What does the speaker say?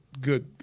good